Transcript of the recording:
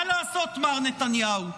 מה לעשות, מר נתניהו?